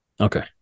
Okay